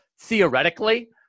theoretically